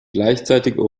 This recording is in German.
gleichzeitig